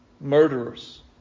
murderers